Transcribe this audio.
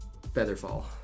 Featherfall